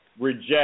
reject